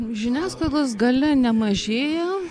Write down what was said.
žiniasklaidos galia nemažėja